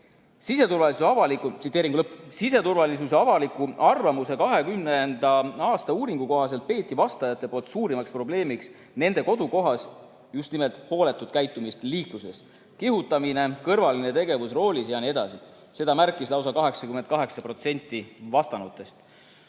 Siseturvalisuse avaliku arvamuse 2020. aasta uuringu kohaselt pidasid vastajad suurimaks probleemiks nende kodukohas just nimelt hooletut käitumist liikluses: kihutamine, kõrvaline tegevus roolis jne. Seda märkis lausa 88% vastanutest.